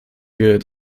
wir